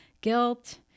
guilt